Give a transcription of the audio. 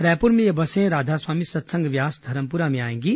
रायपुर में ये बसें राधास्वामी सत्संग व्यास धरमपुरा में आएंगी